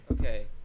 Okay